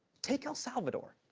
take el salvador.